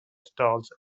stalls